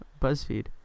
BuzzFeed